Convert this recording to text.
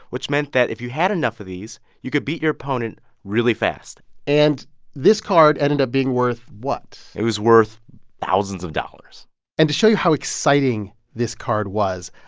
which meant that if you had enough of these, you could beat your opponent really fast and this card ended up being worth what? it was worth thousands of dollars and to show you how exciting this card was,